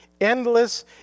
endless